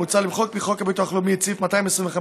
מוצע למחוק מחוק הביטוח הלאומי את סעיף 225ה,